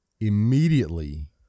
immediately